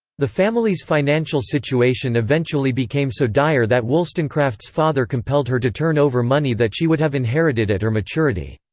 the family's financial situation eventually became so dire that wollstonecraft's father compelled her to turn over money that she would have inherited at her maturity.